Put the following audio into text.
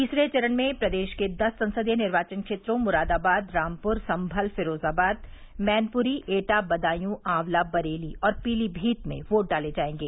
तीसरे चरण में प्रदेश के दस संसदीय निर्वाचन क्षेत्रों मुरादाबाद रामपुर सम्भल फिरोजाबाद मैनपुरी एटा बदायू ऑवला बरेली और पीलीमीत में योट डाले जायेंगे